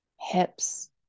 hips